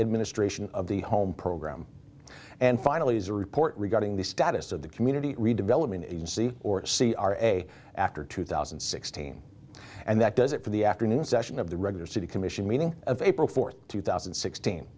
administration of the home program and finally as a report regarding the status of the community redevelopment agency or c r a after two thousand and sixteen and that does it for the afternoon session of the regular city commission meeting of april fourth two thousand